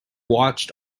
watched